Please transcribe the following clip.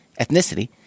ethnicity